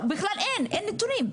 אין נתונים.